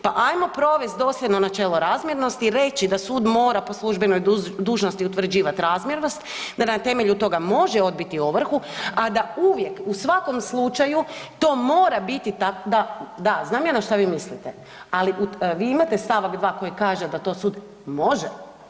Pa ajmo provesti dosljedno načelo razmjernosti i reći da sud mora po službenoj dužnosti utvrđivati razmjernost, da na temelju toga može odbiti ovrhu, a da uvijek, u svakom slučaju to mora biti tako da, da, znam ja na šta vi mislite, ali vi imate st. 2 koji kaže da to sud može.